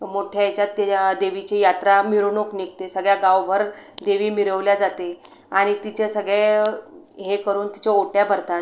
मोठ्या याच्यात त्या देवीची यात्रा मिरवणूक निघते सगळ्या गावभर देवी मिरवल्या जाते आणि तिचे सगळे हे करून तिच्या ओट्या भरतात